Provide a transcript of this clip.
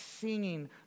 singing